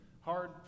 hard